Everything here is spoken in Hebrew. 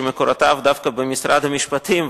שמקורותיו דווקא במשרד המשפטים,